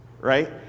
right